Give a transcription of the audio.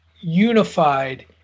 unified